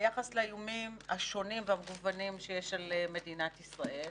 ביחס לאיומים השונים והמגוונים שיש על מדינת ישראל.